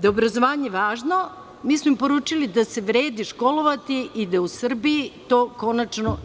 Da je obrazovanje važno, mi smo im poručili da vredi školovati se i da u Srbiji to